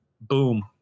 boom